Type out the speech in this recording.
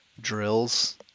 drills